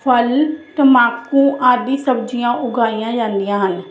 ਫਲ ਟਮਾਕੂ ਆਦਿ ਸਬਜ਼ੀਆਂ ਉਗਾਈਆਂ ਜਾਂਦੀਆਂ ਹਨ